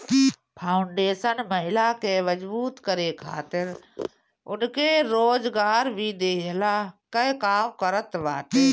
foundation महिला के मजबूत करे खातिर उनके रोजगार भी देहला कअ काम करत बाटे